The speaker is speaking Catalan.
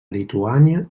lituània